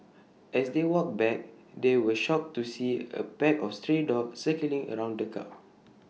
as they walked back they were shocked to see A pack of stray dogs circling around the car